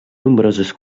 nombroses